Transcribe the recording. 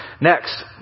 next